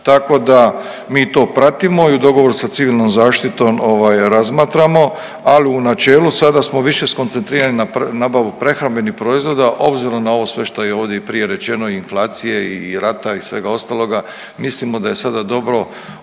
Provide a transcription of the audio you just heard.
Tako da mi to pratimo i u dogovoru sa Civilnom zaštiti ovaj razmatramo, ali u načeli sada smo više skoncentrirani na nabavu prehrambenih proizvoda obzirom na ovo sve što je i ovdje prije rečeno i inflacije i rata i svega ostaloga. Mislimo da je sada dobro